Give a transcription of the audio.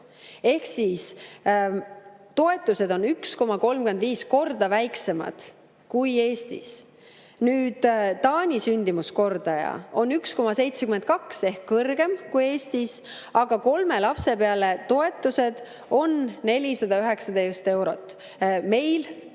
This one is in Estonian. ehk toetused on 1,35 korda väiksemad kui Eestis. Taani sündimuskordaja on 1,72 ehk kõrgem kui Eestis, aga kolme lapse peale on toetused 419 eurot. Meil, tuletan